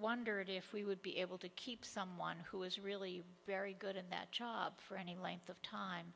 wondered if we would be able to keep someone who was really very good in that job for any length of time